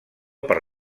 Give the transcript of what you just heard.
per